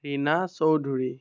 Rina Choudhury